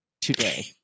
today